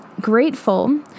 grateful